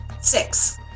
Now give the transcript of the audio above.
Six